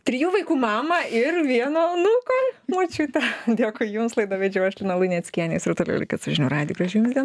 trijų vaikų mamą ir vieno anūko močiutę jog jums laidą vedžiau aš lina luneckienė jūs ir toliau likit su žinių radiju gražių jums dienų